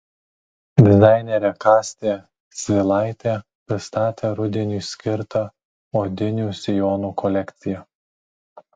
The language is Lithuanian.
dizainerė kastė svilaitė pristatė rudeniui skirtą odinių sijonų kolekciją